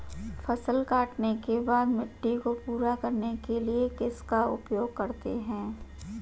फसल काटने के बाद मिट्टी को पूरा करने के लिए किसका उपयोग करते हैं?